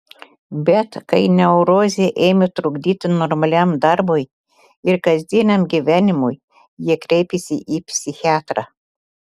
bet kai neurozė ėmė trukdyti normaliam darbui ir kasdieniam gyvenimui jie kreipėsi į psichiatrą